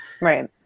Right